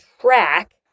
track